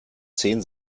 zehn